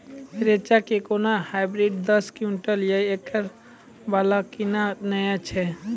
रेचा के कोनो हाइब्रिड दस क्विंटल या एकरऽ वाला कहिने नैय छै?